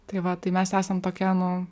tai va tai mes esam tokie nu